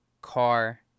car